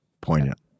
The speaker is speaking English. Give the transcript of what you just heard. poignant